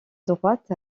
droite